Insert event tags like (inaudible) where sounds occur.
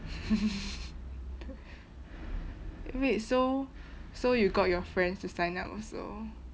(laughs) wait so so you got your friends to sign up also